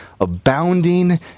abounding